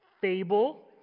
fable